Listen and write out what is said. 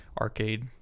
arcade